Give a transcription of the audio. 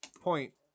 point